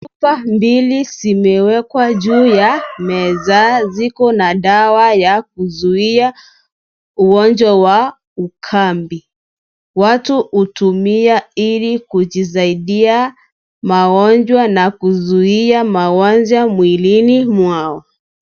Chupa mbili zimewekwa juu ya, meza, ziko na dawa ya, kuzuia, ugonjwa wa, ukambi, watu utumia ili, kujizaidia magonjwa na kuzuia mawanja mwilini mwao.